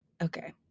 Okay